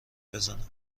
بزنم